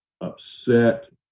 upset